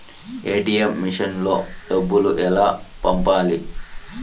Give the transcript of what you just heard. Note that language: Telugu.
ఏ.టీ.ఎం మెషిన్లో డబ్బులు ఎలా పంపాలి?